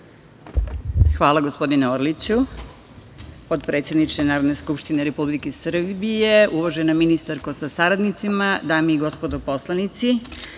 Hvala, gospodine Orliću. Potpredsedniče Narodne skupštine Republike Srbije, uvažena ministarko sa saradnicima, dame i gospodo poslanici,